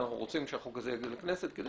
אנחנו רוצים שהחוק הזה יגיע לכנסת כדי